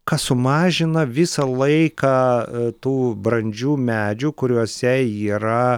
kas sumažina visą laiką tų brandžių medžių kuriuose yra